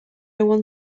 one